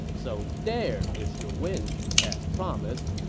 so there is your wind, as promised.